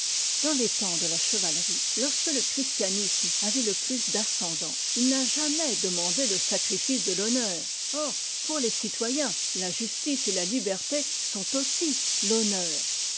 dans les temps de la chevalerie lorsque le christianisme avait le plus d'ascendant il n'a jamais demandé le sacrifice de l'honneur or pour les citoyens la justice et la liberté sont aussi l'honneur